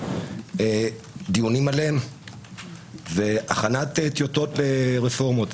דיונים עליהם והכנת טיוטות לרפורמות.